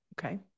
Okay